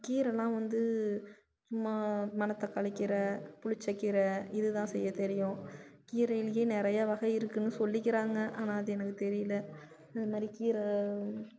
கீரைலாம் வந்து மா மணத்தக்காளி கீரை புளித்த கீரை இதுதான் செய்ய தெரியும் கீரையிலேயே நிறையா வகை இருக்குதுன்னு சொல்லிக்கிறாங்க ஆனால் அது எனக்கு தெரியலை அதுமாதிரி கீரை